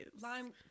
lime